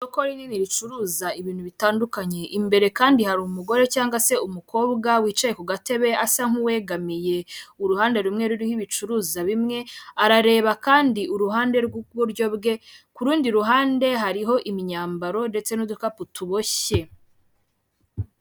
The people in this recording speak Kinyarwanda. Isoko rinini ricuruza ibintu bitandukanye, imbere kandi hari umugore cyangwa se umukobwa wicaye ku gatebe asa nkuwegamiye uruhande rumwe ruriho ibicuruzwa bimwe arareba kandi uruhande rw'wiburyo bwe, ku rundi ruhande hariho imyambaro ndetse n'udukapu tuboshye.